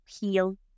heal